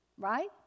Right